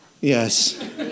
Yes